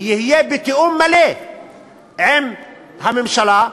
יהיה בתיאום מלא עם הממשלה,